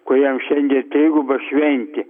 kuriam šiandie triguba šventė